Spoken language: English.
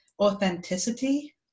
Authenticity